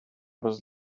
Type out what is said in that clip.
was